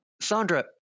Sandra